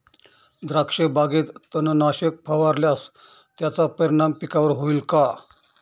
द्राक्षबागेत तणनाशक फवारल्यास त्याचा परिणाम पिकावर होईल का?